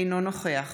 אינו נוכח